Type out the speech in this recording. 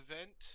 event